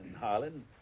Harlan